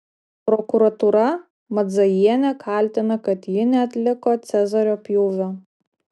prokuratūra madzajienę kaltina kad ji neatliko cezario pjūvio